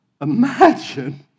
imagine